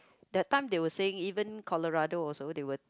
that time they were saying even Collarado also they were